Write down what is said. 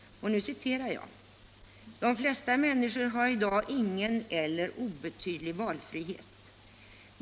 Jag citerar: ”De flesta människor har i dag ingen eller obetydlig valfrihet.